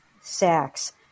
sacks